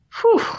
Whew